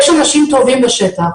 יש אנשים טובים בשטח,